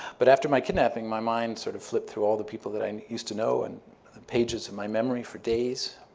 but after my kidnapping, my mind sort of flipped through all the people that i used to know and the pages of my memory for days.